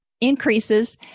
increases